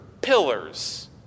pillars